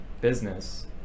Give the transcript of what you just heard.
business